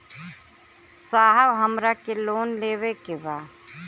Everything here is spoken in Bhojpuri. साहब हमरा के लोन लेवे के बा